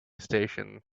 station